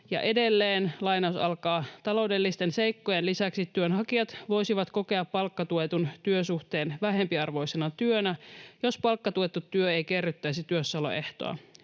edelleen: ”Taloudellisten seikkojen lisäksi työnhakijat voisivat kokea palkkatuetun työsuhteen vähempiarvoisena työnä, jos palkkatuettu työ ei kerryttäisi työssäoloehtoa.